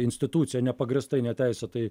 institucija nepagrįstai neteisėtai